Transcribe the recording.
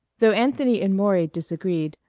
though anthony and maury disagreed,